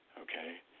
okay